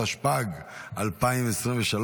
התשפ"ג 2023,